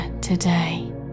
today